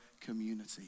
community